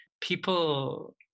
people